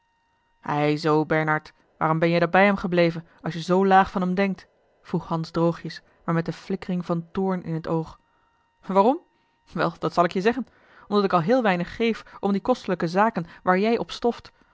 ei zoo bernard waarom ben jij dan bij hem gebleven als je zoo laag van hem denkt vroeg hans droogjes maar met de flikkering van toorn in het oog waarom wel dat zal ik je zeggen omdat ik al heel weinig geef om die kostelijke zaken waar jij op stoft